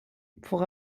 pour